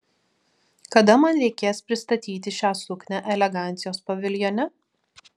kada man reikės pristatyti šią suknią elegancijos paviljone